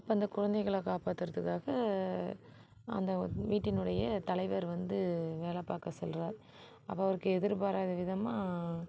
அப்போ அந்த குழந்தைங்களை காப்பாற்றுறதுக்காக அந்த வீட்டினுடைய தலைவர் வந்து வேலை பார்க்க செல்கிறார் அப்போ அவருக்கு எதிர்பாராத விதமாக